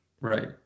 Right